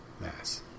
mass